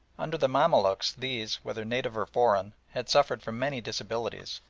under the mamaluks these, whether native or foreign, had suffered from many disabilities,